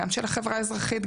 גם של החברה האזרחית,